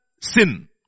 sin